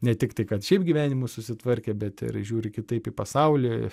ne tik tai kad šiaip gyvenimus susitvarkė bet ir žiūri kitaip į pasaulį